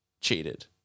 cheated